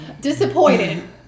disappointed